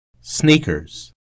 sneakers